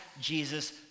Jesus